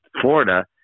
Florida